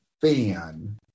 Fan